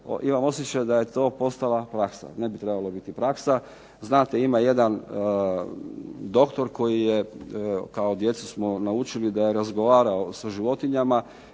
imam osjećaj da je to postala praksa, ne bi trebala biti praksa. Znate ima jedan doktor koji je, kao djeca smo naučili da je razgovarao sa životinjama